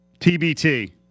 TBT